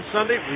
Sunday